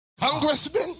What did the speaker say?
congressman